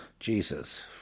Jesus